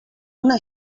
una